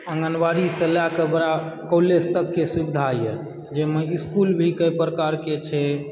आङ्गनबाड़ीसँ लएकऽ बड़ा कॉलेज तककेँ सुविधाए जाहिमे इस्कूल भी कई प्रकारके छै